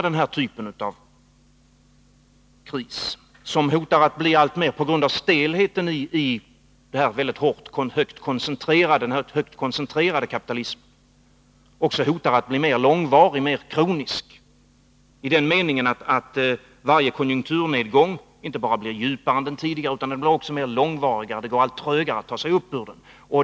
Den här typen av kris hotar att bli allt värre på grund av stelheten i denna väldigt starkt koncentrerade kapitalism, och den hotar att bli mer långvarig, mer kronisk i den meningen att varje konjunkturnedgång inte bara blir djupare än den tidigare utan också mer långvarig — det går alltså trögare att ta sig upp ur den.